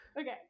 Okay